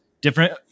different